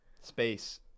space